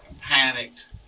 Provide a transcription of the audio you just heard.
panicked